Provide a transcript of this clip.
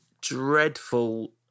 dreadful